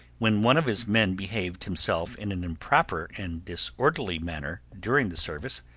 when one of his men behaved himself in an improper and disorderly manner during the service,